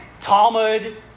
Talmud